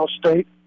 State